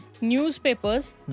newspapers